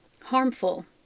harmful